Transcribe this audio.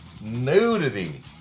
nudity